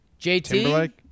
JT